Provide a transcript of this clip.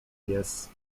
pies